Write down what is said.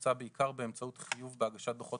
מבוצע בעיקר באמצעות חיוב בהגשת דוחות